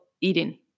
eating